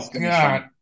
god